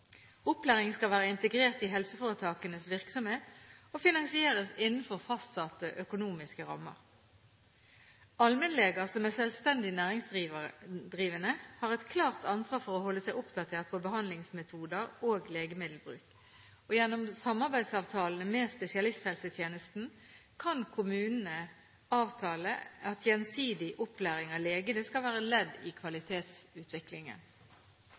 Opplæring skal være integrert i helseforetakenes virksomhet og finansieres innenfor fastsatte økonomiske rammer. Allmennleger som er selvstendig næringsdrivende, har et klart ansvar for å holde seg oppdatert på behandlingsmetoder og legemiddelbruk. Gjennom samarbeidsavtalene med spesialisthelsetjenesten kan kommunene avtale at gjensidig opplæring av legene skal være et ledd i kvalitetsutviklingen.